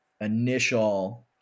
initial